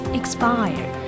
expire